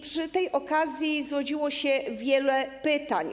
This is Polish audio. Przy tej okazji zrodziło się wiele pytań.